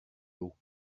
l’eau